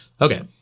Okay